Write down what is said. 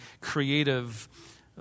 creative